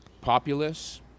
populace